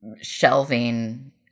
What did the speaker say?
shelving